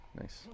Nice